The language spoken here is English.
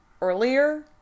earlier